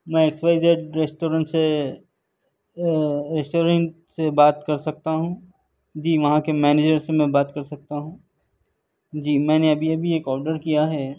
میں X Y Z restaurant سے restaurant سے بات کر سکتا ہوں جی وہاں کے منیجر سے میں بات کر سکتا ہوں جی میں نے ابھی ابھی ایک آڈر کیا ہے